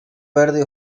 verde